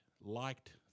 liked